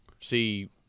see